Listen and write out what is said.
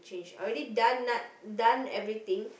change I already done nut done everything